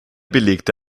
belegte